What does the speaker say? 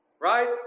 Right